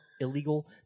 illegal